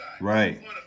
Right